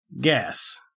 Gas